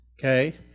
Okay